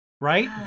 right